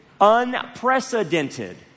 unprecedented